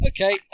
Okay